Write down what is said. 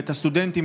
ואת הסטודנטים,